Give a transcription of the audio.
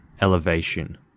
elevation